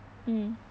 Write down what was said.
mm